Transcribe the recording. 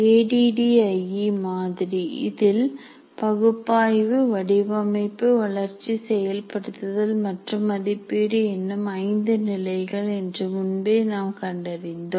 A D D I மாதிரி இதில் பகுப்பாய்வு வடிவமைப்பு வளர்ச்சி செயல்படுத்தல் மற்றும் மதிப்பீடு என்னும் ஐந்து நிலைகள் என்று முன்பே நாம் கண்டறிந்தோம்